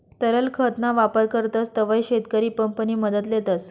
तरल खत ना वापर करतस तव्हय शेतकरी पंप नि मदत लेतस